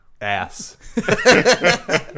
ass